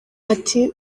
ati